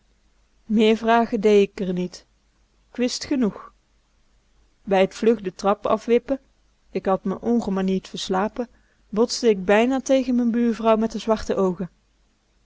meer vragen dee k r niet k wist genoeg bij t vlug de trap afwippen k had me ongemanierd verslapen botste k bijna tegen m'n buurvrouw met de zwarte oogen